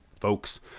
folks